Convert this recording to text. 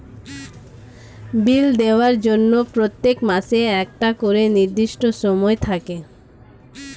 বিল দেওয়ার জন্য প্রত্যেক মাসে একটা করে নির্দিষ্ট সময় থাকে